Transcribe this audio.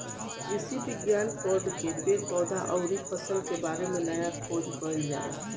कृषि विज्ञान पढ़ के पेड़ पौधा अउरी फसल के बारे में नया खोज कईल जाला